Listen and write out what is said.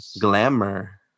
glamour